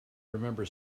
remember